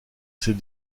ces